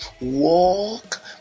walk